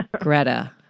Greta